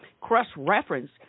cross-reference